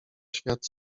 świat